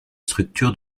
structures